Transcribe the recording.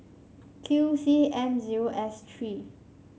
Q C M zero S three